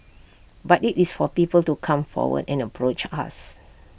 but IT is for people to come forward and approach us